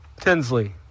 Tinsley